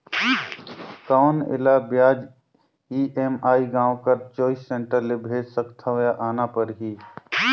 कौन एला ब्याज ई.एम.आई गांव कर चॉइस सेंटर ले भेज सकथव या आना परही?